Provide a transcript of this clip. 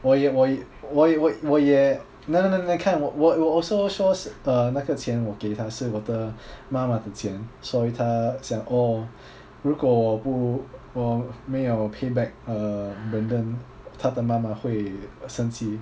我也我我也我我也 no no no 你看我是说那个钱我给他是我妈妈的钱所以他想 oh 如果我不我没有 pay back uh brandon 他的妈妈会生气